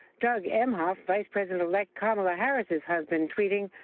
doug emhoff, vice president-elect kamala harris's husband tweeting,